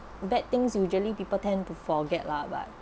bad things usually people tend to forget lah but